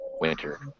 winter